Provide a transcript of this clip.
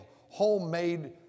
homemade